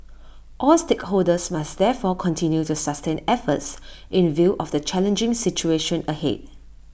all stakeholders must therefore continue to sustain efforts in view of the challenging situation ahead